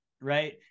Right